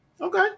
Okay